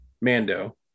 Mando